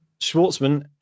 Schwartzman